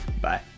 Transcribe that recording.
Bye